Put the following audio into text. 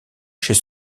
chez